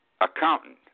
accountant